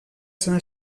sant